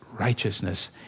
righteousness